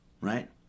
right